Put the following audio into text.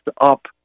up